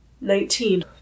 Nineteen